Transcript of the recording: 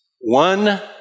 One